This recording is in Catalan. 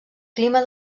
clima